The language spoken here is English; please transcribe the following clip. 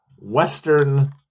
western